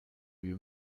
you